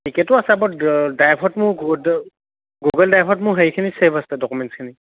টিকেটো আছে ড্ৰাইভত মোৰ গুগ''ল ড্ৰাইভত মোৰ সেইখিনি ছেভ আছিলে ডক'মেণ্টচখিনি